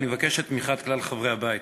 אני מבקש את תמיכת כלל חברי הבית.